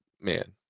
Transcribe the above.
man